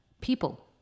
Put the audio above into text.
people